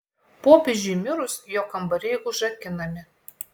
popiežiui mirus jo kambariai užrakinami